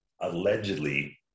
allegedly